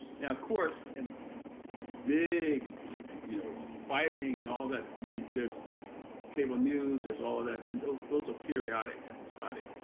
now of course, in big you know fighting and all that, you know there's cable news, there's all that, and those those are periodic, episodic.